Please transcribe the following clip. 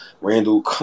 Randall